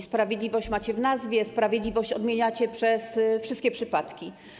Sprawiedliwość macie w nazwie, sprawiedliwość odmieniacie przez wszystkie przypadki.